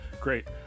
great